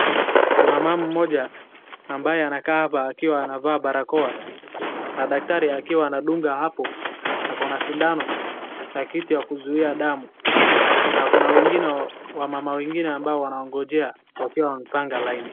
Kuna mama mmoja ambaye anakaa hapa akiwa ana vaa barakoa. Na daktari akiwa anadunga hapo ako na sindano na kitu ya kuzuia damu. Na kuna wengine wamama amabo wanaongojea wakiwa wamepanga line .